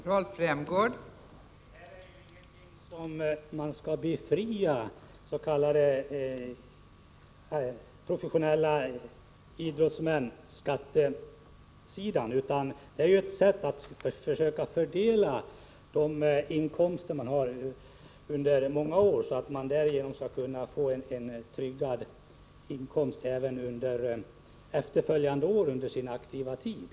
Fru talman! Här är det ju inte fråga om att befria professionella idrottsmän från skatt utan om ett sätt att fördela deras inkomster under många år så att de skall kunna få en tryggad inkomst även efter sin aktiva tid.